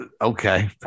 okay